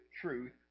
truth